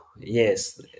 yes